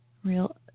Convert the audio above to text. real